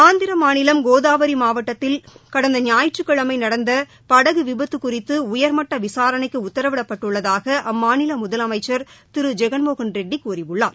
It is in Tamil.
ஆந்திர மாநிலம் கோதாவரி மாவட்டத்தில் கடந்த ஞாயிற்றுக்கிழமை நடந்த படகு விபத்து குறித்து உயர்மட்ட விசாரணைக்கு உத்தரவிடப்பட்டுள்ளதாக அம்மாநில முதலமைச்சர் திரு ஜெகன்மோகன் ரெட்டி கூறியுள்ளார்